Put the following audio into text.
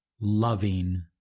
loving